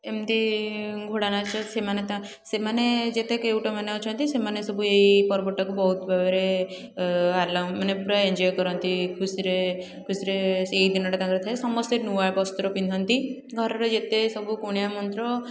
ଏମିତି ଘୋଡ଼ା ନାଚ ସେମାନେ ତା' ସେମାନେ ଯେତେ କେଉଟମାନେ ଅଛନ୍ତି ସେମାନେ ସବୁ ଏଇ ଏଇ ପର୍ବଟାକୁ ବହୁତ ଭାବରେ ଆଲାଉ ମାନେ ପୁରା ଏଞ୍ଜୟ କରନ୍ତି ଖୁସିରେ ଖୁସିରେ ସେଇ ଦିନଟା ତାଙ୍କର ଥାଏ ସମସ୍ତେ ନୂଆ ବସ୍ତ୍ର ପିନ୍ଧନ୍ତି ଘରର ଯେତେ ସବୁ କୁଣିଆମୈତ୍ର